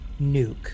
nuke